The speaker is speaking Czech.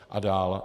A dál.